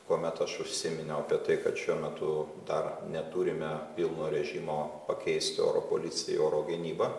kuomet aš užsiminiau apie tai kad šiuo metu dar neturime pilno režimo pakeisti oro policiją oro gynybą